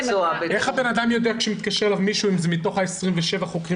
איך הבן אדם יודע שמי שמתקשר אליו הוא מתוך ה-27 חוקרים